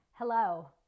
Hello